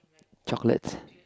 chocolates